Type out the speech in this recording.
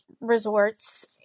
resorts